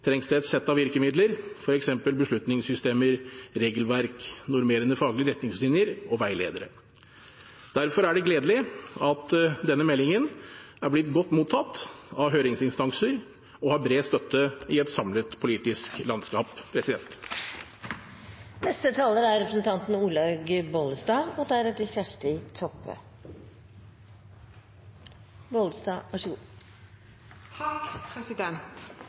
trengs det et sett av virkemidler, f.eks. beslutningssystemer, regelverk, normerende faglige retningslinjer og veiledere. Derfor er det gledelig at denne meldingen er blitt godt mottatt av høringsinstanser og har bred støtte i et samlet politisk landskap. Hvem skal få hjelp først i et akuttmottak når køen er lang og